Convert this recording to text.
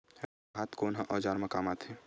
राहत कोन ह औजार मा काम आथे?